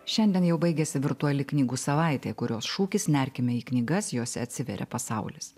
šiandien jau baigiasi virtuali knygų savaitė kurios šūkis nerkime į knygas jose atsiveria pasaulis